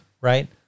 right